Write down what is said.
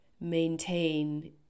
maintain